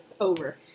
over